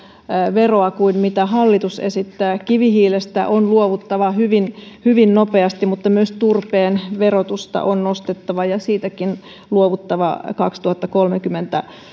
veroa kuin mitä hallitus esittää kivihiilestä on luovuttava hyvin hyvin nopeasti mutta myös turpeen verotusta on nostettava ja siitäkin luovuttava kaksituhattakolmekymmentä